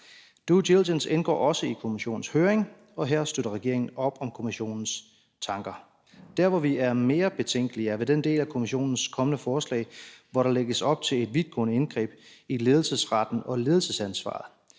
Due diligence indgår også i Kommissionens høring, og her støtter regeringen op om Kommissionens tanker. Der, hvor vi er mere betænkelige, er ved den del af Kommissionens kommende forslag, hvor der lægges op til et vidtgående indgreb i ledelsesretten og ledelsesansvaret.